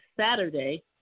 Saturday